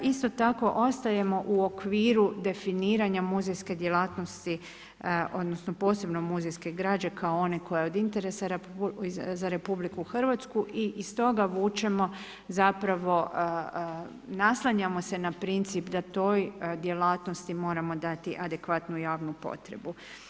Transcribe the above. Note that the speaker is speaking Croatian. Isto tako ostajemo u okviru definiranja muzejske djelatnosti, odnosno posebno muzejske građe kao one koja je od interesa za RH i iz toga vučemo zapravo naslanjamo se na princip da toj djelatnosti moramo dati adekvatnu javnu potrebu.